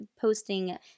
posting